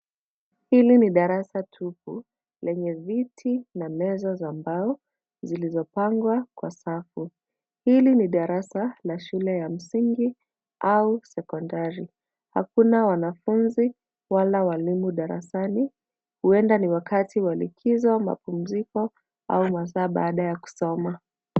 Hili ni darasa tupu lenye viti na meza za mbao zilizopangwa kwa safu. Hili ni darasa la shule ya msingi au sekondari. Hakuna wanafunzi wala walimu darasani, huenda ni wakati wa likizo, mapumziko au masaa baada ya kusoma.